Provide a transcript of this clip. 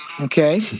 Okay